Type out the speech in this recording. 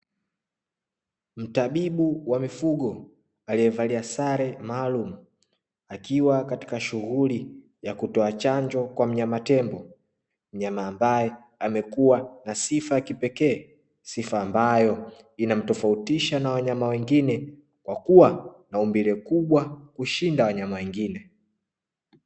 Mtabibu wa mifugo aliyevalia sare maalumu, akiwa katika shughuli ya kutoa chanjo kwa mnyama tembo, mnyama ambaye amekua na sifa ya kipekee, sifa ambayo inamtofautisha na wanyama wengine kwa kuwa na umbile kubwa kushinda wanyama wengine.